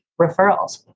referrals